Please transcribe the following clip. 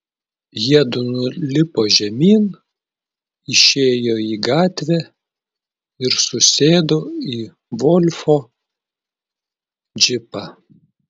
jiedu nulipo žemyn išėjo į gatvę ir susėdo į volfo džipą